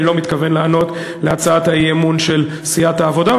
אני לא מתכוון לענות על הצעת האי-אמון של סיעת העבודה,